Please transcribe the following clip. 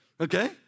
okay